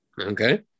okay